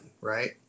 right